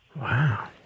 Wow